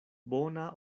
bona